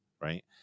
right